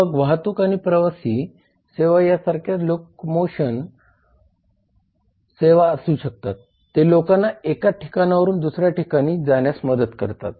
मग वाहतूक आणि प्रवासी सेवा यांसारख्या लोकमोशन सेवा असू शकतात ते लोकांना एका ठिकाणाहून दुसऱ्या ठिकाणी जाण्यास मदत करतात